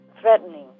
threatening